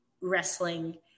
wrestling